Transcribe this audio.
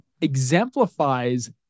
exemplifies